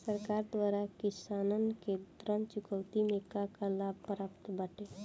सरकार द्वारा किसानन के ऋण चुकौती में का का लाभ प्राप्त बाटे?